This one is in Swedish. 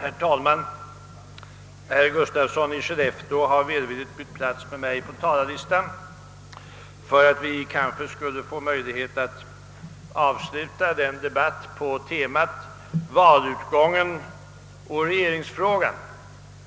Herr talman! Herr Gustafsson i Skellefteå har välvilligt bytt plats med mig på talarlistan för att vi skulle få möjlighet att avsluta den debatt på temat valutgången och regeringsfrågan